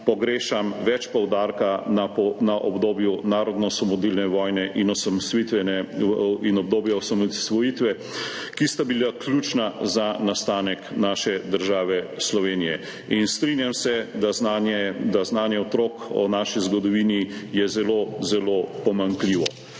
pogrešam več poudarka na obdobju narodnoosvobodilne vojne in obdobju osamosvojitve, ki sta bili ključni za nastanek naše države Slovenije. In strinjam se, da je znanje otrok o naši zgodovini zelo zelo pomanjkljivo.